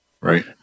Right